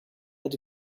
but